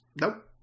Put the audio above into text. Nope